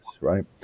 right